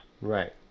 Right